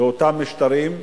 באותם משטרים,